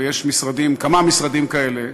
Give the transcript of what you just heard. ויש כמה משרדים כאלה,